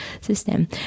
system